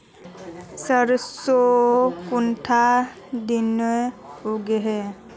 सरसों कुंडा दिनोत उगैहे?